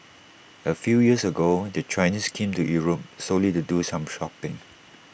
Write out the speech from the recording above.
A few years ago the Chinese came to Europe solely to do some shopping